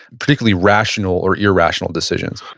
particularly rational or irrational decisions?